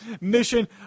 Mission